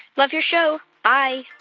love your show. bye